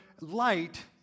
light